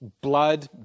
Blood